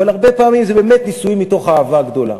אבל הרבה פעמים זה באמת נישואים מתוך אהבה גדולה,